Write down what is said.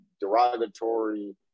derogatory